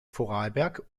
vorarlberg